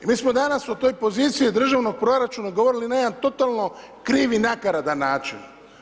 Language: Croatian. I mi smo danas u toj poziciji državnog proračuna govorili na jedan totalno krivi nakaradan način.